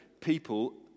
people